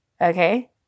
Okay